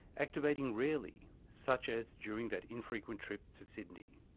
activating rarely such as during that infrequent trip to sydney.